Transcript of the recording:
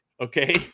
Okay